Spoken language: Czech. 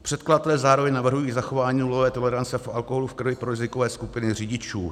Předkladatelé zároveň navrhují i zachování nulové tolerance alkoholu v krvi pro rizikové skupiny řidičů.